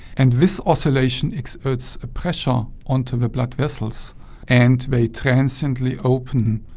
and this oscillation exerts a pressure onto the blood vessels and they transiently open,